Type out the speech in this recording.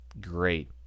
great